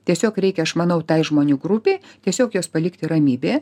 tiesiog reikia aš manau tai žmonių grupė tiesiog juos palikti ramybė